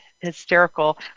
hysterical